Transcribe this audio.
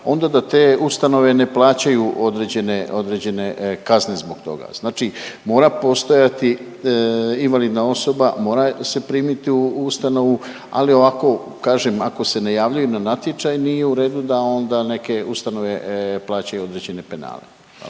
onda da te ustanove ne plaćaju određene, određene kazne zbog toga. Znači mora postojati invalidna osoba, mora se primiti u ustanovu, ali ako, kažem ako se ne javljaju na natječaj nije u redu da onda neke ustanove plaćaju određene penale.